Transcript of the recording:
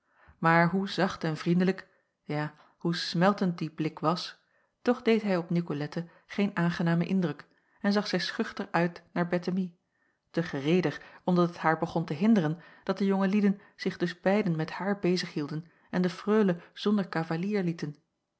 maar hoe zacht en vriendejacob van ennep laasje evenster ja hoe smeltend die blik was toch deed hij op nicolette geen aangenamen indruk en zag zij schuchter uit naar bettemie te gereeder omdat het haar begon te hinderen dat de jonge lieden zich dus beiden met haar bezig hielden en de freule zonder cavalier lieten